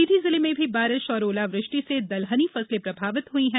सीधी जिले में भी बारिश और ओलावृष्टि से दलहनी फसलें प्रभावित हुई हैं